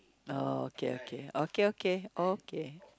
oh okay okay okay okay okay